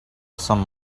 some